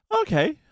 okay